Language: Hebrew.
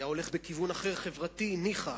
היה הולך בכיוון אחר, חברתי, ניחא.